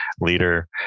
leader